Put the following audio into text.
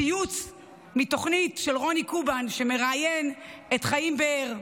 ציוץ מתוכנית של רוני קובן, שמראיין את חיים באר,